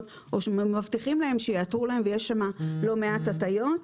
או מבטיחים להם שיאתרו להם ויש שם לא מעט הטעיות.